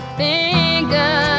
finger